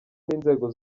n’inzego